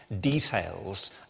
details